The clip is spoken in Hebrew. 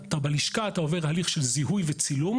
בלשכה אתה עובר הליך של זיהוי וצילום,